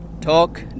Talk